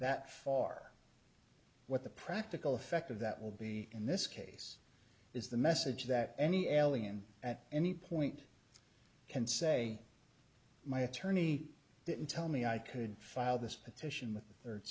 that far what the practical effect of that will be in this case is the message that any allien at any point can say my attorney didn't tell me i could file this petition